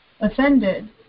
offended